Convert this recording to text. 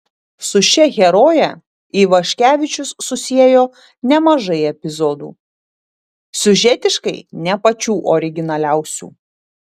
su šia heroje ivaškevičius susiejo nemažai epizodų siužetiškai ne pačių originaliausių